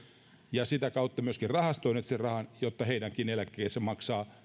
ja sitä kautta myöskin rahastoineet sen rahan jotta heidänkin eläkkeensä maksavat